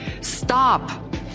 Stop